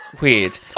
Weird